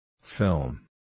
Film